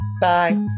Bye